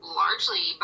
largely